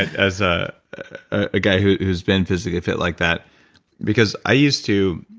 as a ah guy who's been physically fit like that because i used to,